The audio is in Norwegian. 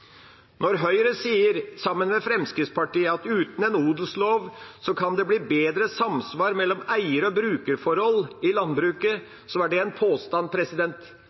Når Høyre, sammen med Fremskrittspartiet, sier at det kan bli bedre samsvar mellom eier- og brukerforhold i landbruket uten odelslov, så er det en påstand.